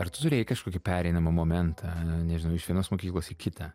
ar tu turėjai kažkokį pereinamą momentą nežinau iš vienos mokyklos į kitą